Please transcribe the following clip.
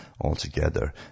altogether